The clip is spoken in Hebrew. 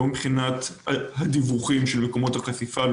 לא מבחינת הדיווחים של מקומות החשיפה,